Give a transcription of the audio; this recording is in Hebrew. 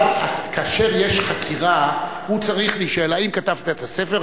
כאשר יש חקירה הוא צריך להישאל: האם כתבת את הספר?